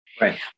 Right